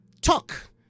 talk